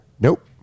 Nope